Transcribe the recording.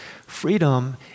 Freedom